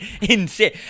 insane